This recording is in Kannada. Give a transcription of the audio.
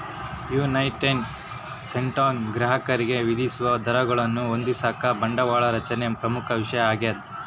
ಯುನೈಟೆಡ್ ಸ್ಟೇಟ್ಸ್ನಾಗ ಗ್ರಾಹಕರಿಗೆ ವಿಧಿಸುವ ದರಗಳನ್ನು ಹೊಂದಿಸಾಕ ಬಂಡವಾಳ ರಚನೆಯು ಪ್ರಮುಖ ವಿಷಯ ಆಗ್ಯದ